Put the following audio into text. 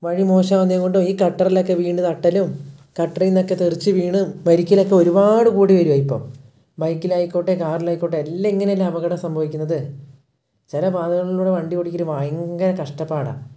വഴി മോശമാവുന്നതുകൊണ്ടോ ഈ ഗട്ടറിലൊക്കെ വീണ് തട്ടലും ഗട്ടറിൽ നിന്നൊക്കെ തെറിച്ചുവീണും മരിക്കലുമൊക്കെ ഒരുപാട് കൂടി വരികയാണ് ഇപ്പം ബൈക്കിലായിക്കോട്ടെ കാറിലായിക്കോട്ടെ എല്ലാം ഇങ്ങനെയെല്ലാ അപകടം സംഭവിക്കുന്നത് ചില പാതകളിലൂടെ വണ്ടി ഓടിക്കൽ ഭയങ്കര കഷ്ടപ്പാടാണ്